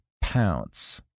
pounce